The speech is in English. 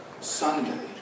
Sunday